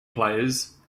players